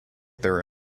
their